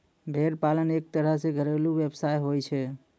भेड़ पालन एक तरह सॅ घरेलू व्यवसाय होय छै